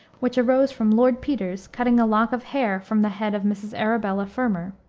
which arose from lord petre's cutting a lock of hair from the head of mrs. arabella fermor.